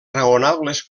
raonables